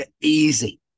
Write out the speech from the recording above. easy